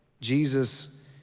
Jesus